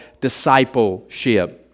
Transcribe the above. discipleship